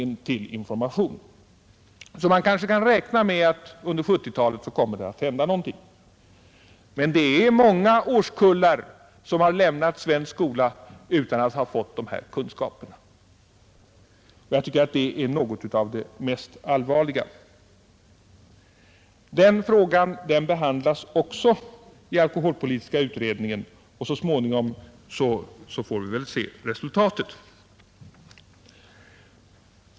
Man kan därför kanske räkna med att det under 1970-talet kommer att hända någonting på området. Men det är många årskullar som har lämnat svensk skola utan att ha fått dessa kunskaper. Jag tycker att det är något av det mest allvarliga. Denna fråga behandlas också i alkoholpolitiska utredningen, och så småningom får vi väl se resultatet.